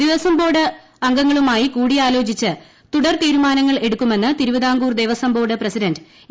Devaswom board അംഗങ്ങളുമായി കൂടിയാലോചിച്ച് തുടർ തീരുമാനങ്ങൾ എടുക്കുമെന്ന് ദേവസ്വാ ബോർഡ് പ്രസിഡന്റ് എ